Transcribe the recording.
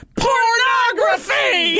pornography